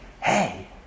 Hey